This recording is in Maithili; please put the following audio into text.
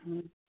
हूँ